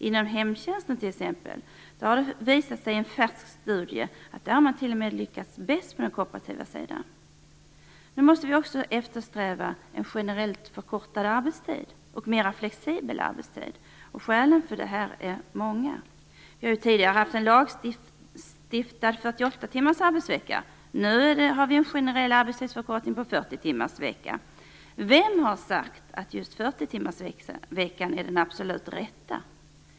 En färsk studie har visat att man inom hemtjänsten t.o.m. har lyckats bäst på den kooperativa sidan. Vi måste också sträva efter en generellt förkortad och mer flexibel arbetstid. Skälen till det är många. Vi har tidigare haft en lagstiftad arbetsvecka på 48 timmar. Nu har vi generellt en arbetsvecka på 40 timmar. Vem har sagt att just 40-timmarsveckan är den absolut rätta?